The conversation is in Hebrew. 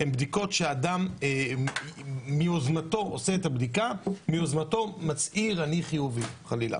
אלו בדיקות שהאדם עושה מיוזמתו ומיוזמתו מצהיר אם הוא חיובי חלילה.